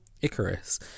Icarus